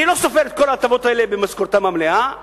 אני לא סופר את כל ההטבות האלה במשכורתם המלאה,